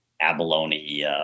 abalone